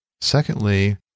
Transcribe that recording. Secondly